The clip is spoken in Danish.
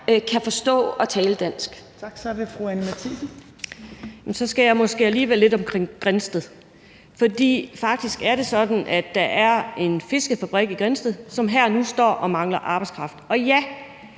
Anni Matthiesen (V): Så skal jeg måske alligevel lidt omkring Grindsted, fordi det faktisk er sådan, at der er en fiskefabrik i Grindsted, som her og nu står og mangler arbejdskraft. Og ja,